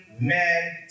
man